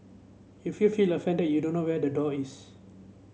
if you feel offended you don't know where the door is